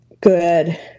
good